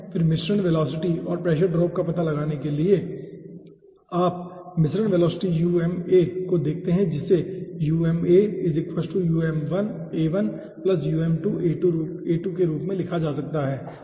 फिर मिश्रण वेलोसिटी और प्रेशर ड्रॉप का पता लगाने के लिए आप मिश्रण वेलोसिटी को देखते हैं जिसे के रूप में लिखा जा सकता है